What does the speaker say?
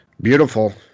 Beautiful